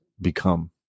become